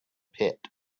pit